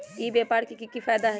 ई व्यापार के की की फायदा है?